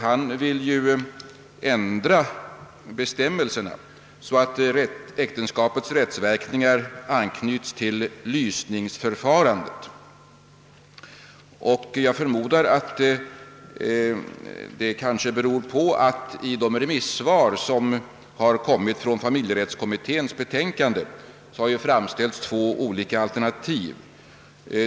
Herr Sjöholm vill ändra bestämmelserna så, att äktenskapets rättsverkningar anknyts till själva lysningsförfarandet. Det kanske beror på att i de remissvar som kommit beträffande familjerättskommitténs betänkande har framställts två olika alternativ.